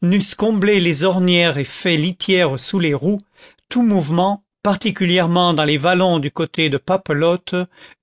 n'eussent comblé les ornières et fait litière sous les roues tout mouvement particulièrement dans les vallons du côté de